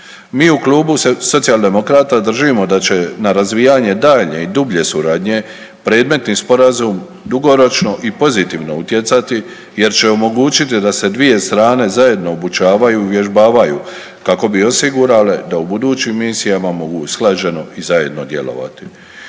Mi u Klubu socijaldemokrata držimo da će na razvijanje daljnje i dublje suradnje predmetni Sporazum dugoročno i pozitivno utjecati jer će omogućiti da se dvije strane zajedno obučavaju i uvježbavaju, kako bi osigurale da u budućim misijama mogu usklađeno i zajedno djelovati.